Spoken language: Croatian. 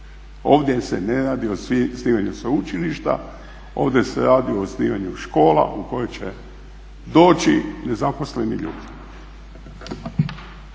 Ovdje se ne radi o osnivanju sveučilišta, ovdje se radi o osnivanju škola u koje će doći nezaposleni ljudi.